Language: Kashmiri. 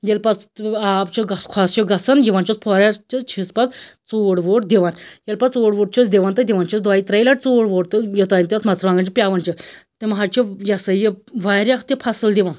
ییٚلہِ پَتہٕ آب چھُ خۄشک گَژھان یِوان چھُس پھٲہریار چھِس پَتہٕ ژوٗڈ ووٗڈ دوان ییٚلہِ پَتہٕ ژوٗڈ ووٗڈ چھِس دوان تہٕ دوان چھِس دۄیہِ تریٚیہِ لَٹہِ ژوٗڈ ووٗڈ تہٕ یوٚتانۍ تتھ مَژرٕوانٛگن چھ پیٚوان چھِ تم حظ چھِ یہِ ہَسا یہِ واریاہ تہِ فصٕل دِوان